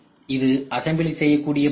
இது அசம்பிளி செய்யக்கூடிய பொருள்